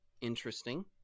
Interesting